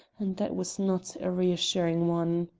and that was not a reassuring one.